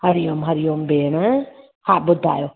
हरीओम हरिओम भेण हा ॿुधायो